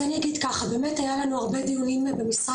אז אני אגיד ככה: באמת היו לנו הרבה דיונים במשרד